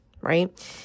right